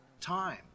time